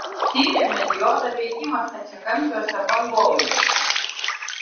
tyrėme diodo veikimą stačiakampiuose bangolaidžiuose